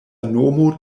nomo